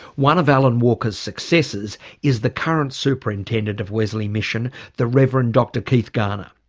one of alan walker's successors is the current superintendent of wesley mission the reverend dr keith garner.